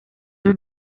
sie